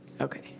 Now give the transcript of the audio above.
Okay